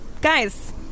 Guys